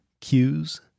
cues